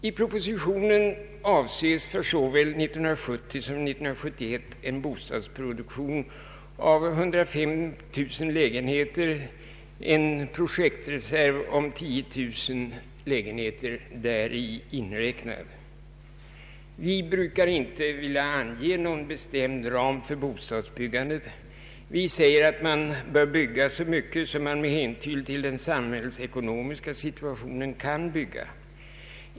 I propositionen avses för såväl 1970 som 1971 en bostadsproduktion av 105 000 lägenheter, en projektreserv om 10 000 lägenheter däri inräknad. Vi brukar inte vilja ange någon bestämd ram för bostadsbyggandet. Vi säger att man bör bygga så mycket som man med hänsyn till den samhällsekonomiska situationen kan bygga.